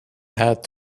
had